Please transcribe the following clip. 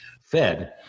fed